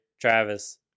Travis